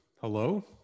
hello